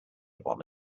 upon